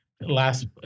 last